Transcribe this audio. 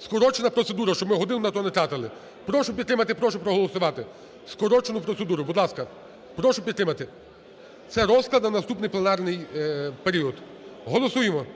Скорочена процедура, щоб ми годину на це не тратили. Прошу підтримати, прошу проголосувати скорочену процедуру. Будь ласка, прошу підтримати. Це розклад на наступний пленарний період. Голосуємо.